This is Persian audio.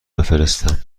بفرستم